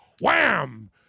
Wham